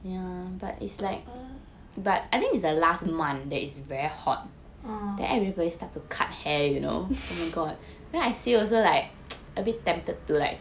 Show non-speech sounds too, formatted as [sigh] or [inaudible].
err oh [laughs]